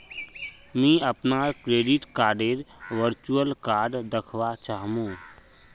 मी अपनार क्रेडिट कार्डडेर वर्चुअल कार्ड दखवा चाह मु